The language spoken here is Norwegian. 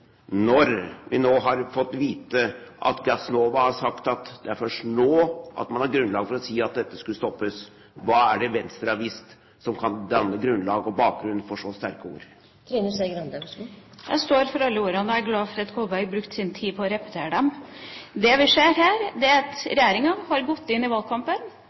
når vi nå har fått vite at Gassnova har sagt at det er først nå at man har grunnlag for å si at dette skulle stoppes? Hva er det Venstre har visst som kan danne grunnlag og bakgrunn for så sterke ord? Jeg står for alle ordene. Jeg er glad for at representanten Kolberg brukte sin tid på å repetere dem. Det vi ser her, er at regjeringa har gått inn i valgkampen